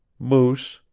moose,